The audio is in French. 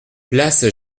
place